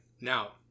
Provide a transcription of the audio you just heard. Now